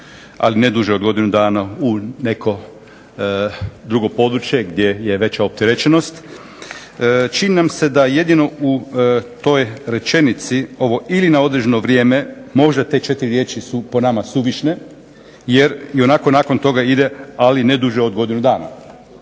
ali ne duže od godinu dana u neko drugo područje gdje je veća opterećenost. Čini nam se da jedino u toj rečenici ovo ili na određeno vrijeme možda te četiri riječi su po nama suvišne jer ionako nakon toga ide ali ne duže od godinu dana.